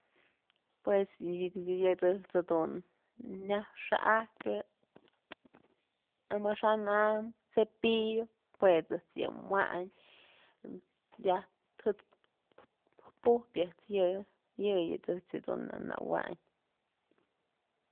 Pues yë ëjt's dun nyaj xa'ajpyë amaxa'an am cepillo juë ëjt's yën wayn yaj tët's pujpyë ëjt's yëyë ëjt's dun na wayn.